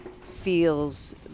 feels